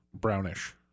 Brownish